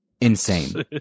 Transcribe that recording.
insane